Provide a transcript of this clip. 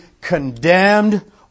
condemned